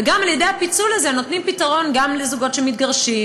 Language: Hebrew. ועל ידי הפיצול הזה הם נותנים פתרון גם לזוגות שמתגרשים,